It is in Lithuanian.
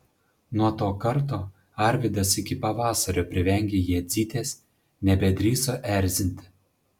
nuo to karto arvydas iki pavasario privengė jadzytės nebedrįso erzinti